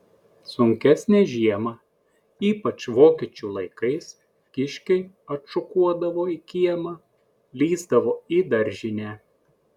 sunkesnę žiemą ypač vokiečių laikais kiškiai atšokuodavo į kiemą lįsdavo į daržinę